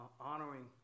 honoring